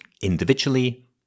individually